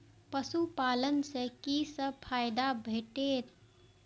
पशु पालन सँ कि सब फायदा भेटत?